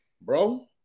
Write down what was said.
bro